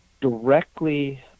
directly